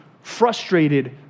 frustrated